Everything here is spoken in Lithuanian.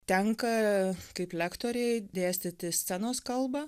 tenka kaip lektorei dėstyti scenos kalbą